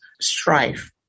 strife